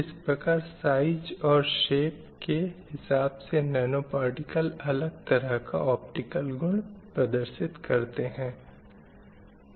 इस प्रकार साइज़ और शेप के हिसाब से नैनो पार्टिकल अलग तरह का ऑप्टिकल गुण प्रदर्शित करते हैं